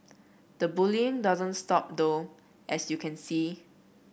the bullying doesn't stop though as you can see